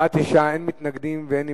בעד, 9, אין מתנגדים ואין נמנעים.